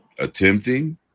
Attempting